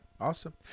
awesome